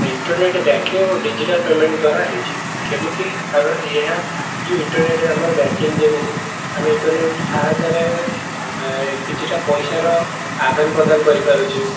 internet banking ଓ digital payment ଦ୍ୱାରା ହେଇଛି କେମିତି କାରଣ ଏହା ଯେଉଁ ଇଣ୍ଟରନେଟ୍ ଆମର ବ୍ୟାକିଂ ଯେମିତି ଆମେ ଇଣ୍ଟରନେଟ୍ ସାହାୟତାରେ କିଛିଟା ପଇସାର ଆଦାନ ପ୍ରଦାନ କରି ପାରୁଛେ